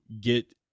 get